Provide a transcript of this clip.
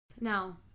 Now